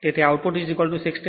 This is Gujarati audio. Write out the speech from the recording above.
તેથી આઉટપુટ 16